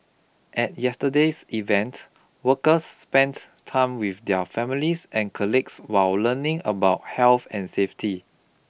at yesterday's event workers spent time with their families and colleagues while learning about health and safety